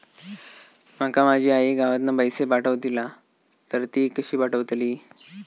माका माझी आई गावातना पैसे पाठवतीला तर ती कशी पाठवतली?